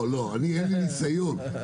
לי אין ניסיון.